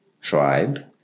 tribe